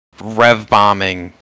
rev-bombing